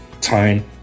time